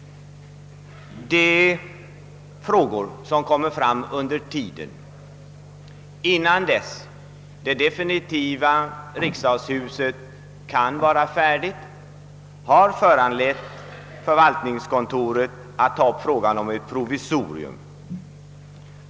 Frågor som kommit upp innan det definitiva riksdagshuset kan vara färdigt, har föranlett förvaltningskontoret att ta upp frågan om ett provisorium.